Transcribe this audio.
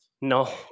No